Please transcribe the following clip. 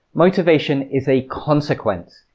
motivation is a consequence.